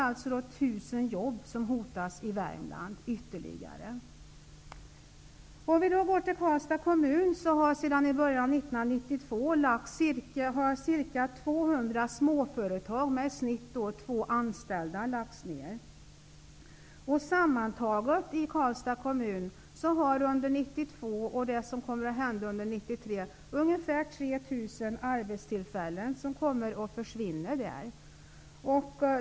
Av dem framgår att ytterligare 1 000 1992 och enligt vad man vet om 1993 ungefär 3 000 arbetstillfällen att försvinna.